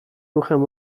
ruchem